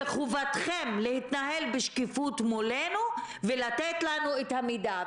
וחובתכם להתנהל בשקיפות מולנו ולתת לנו את המידע.